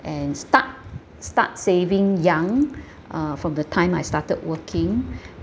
and start start saving young uh from the time I started working